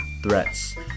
threats